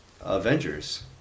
Avengers